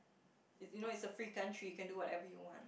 you you know it's a free country you can do whatever you want